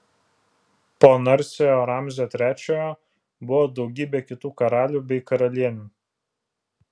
po narsiojo ramzio trečiojo buvo daugybė kitų karalių bei karalienių